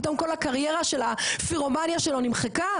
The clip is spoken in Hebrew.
פתאום כל הקריירה של הפירומניה שלו נמחקה?